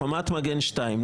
חומת מגן 2,